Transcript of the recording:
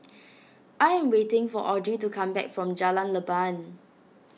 I am waiting for Audrey to come back from Jalan Leban